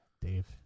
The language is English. Dave